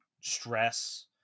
stress